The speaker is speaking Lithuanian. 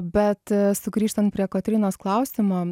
bet sugrįžtant prie kotrynos klausimo